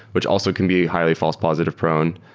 which also can be highly false positive prone.